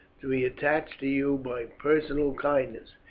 to be attached to you by personal kindness,